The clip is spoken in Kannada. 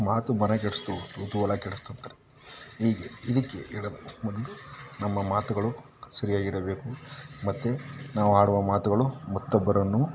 ಮಾತು ಮನೆ ಕೆಡಿಸ್ತು ತೂತು ಒಲೆ ಕೆಡಿಸ್ತು ಅಂತಾರೆ ಹೀಗೆ ಹೀಗೆ ಹೇಳಲು ಒಂದು ನಮ್ಮ ಮಾತುಗಳು ಸರಿಯಾಗಿರಬೇಕು ಮತ್ತೆ ನಾವು ಆಡುವ ಮಾತುಗಳು ಮತ್ತೊಬ್ಬರನ್ನು